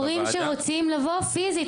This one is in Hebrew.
להלן תרגומם: הורים שרוצים לבוא פיזית.